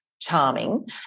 charming